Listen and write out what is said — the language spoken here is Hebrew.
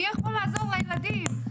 מי יכול לעזור לילדים?